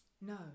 No